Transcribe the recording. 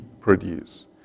produce